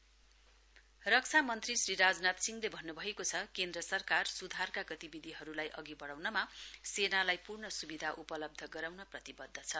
defence minister रक्षा मन्त्री श्री राजनाथ सिंहले भन्नुभएको छ केन्द्र सरकार सुधारका गतिविधिहरुलाई अघि वढ़ाउनमा सेनालाई पूर्ण सुविधा उपलब्ध गराउन प्रतिवध्द छ